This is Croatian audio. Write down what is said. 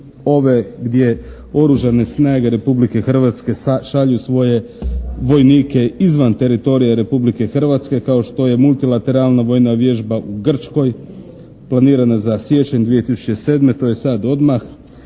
ove gdje oružane snage Republike Hrvatske šalju svoje vojnike izvan teritorija Republike Hrvatske kao što je multilateralna vojna vježba u Grčkoj planirana za siječanj 2007. To je sad odmah.